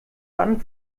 dann